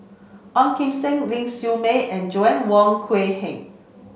Ong Kim Seng Ling Siew May and Joanna Wong Quee Heng